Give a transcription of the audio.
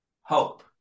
hope